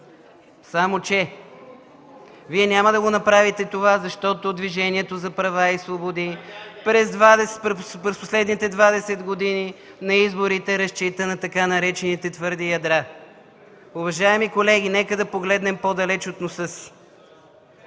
Само че Вие няма да направите това, защото Движението за права и свободи (реплики от ДПС) през последните 20 години на изборите разчита на така наречените „твърди ядра”. Уважаеми колеги, нека да погледнем по-далеч от носа си.